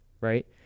right